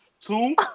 Two